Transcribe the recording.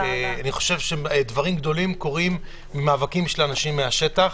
אני חושב שדברים גדולים קורים ממאבקים של אנשים מהשטח.